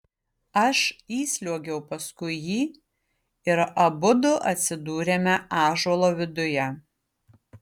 aš įsliuogiau paskui jį ir abudu atsidūrėme ąžuolo viduje